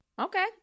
Okay